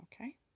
Okay